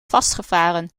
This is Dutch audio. vastgevaren